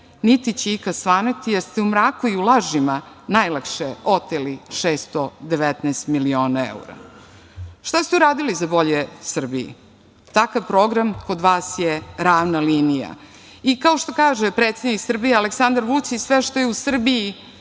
niti će ikada svanuti, jer ste u mraku i u lažima najlakše oteli 619 miliona evra. Šta ste uradili za bolje Srbiji? Takav program kod vas je ravna linija. I kao što kaže predsednik Srbije Aleksandar Vučić - sve što je u Srbiji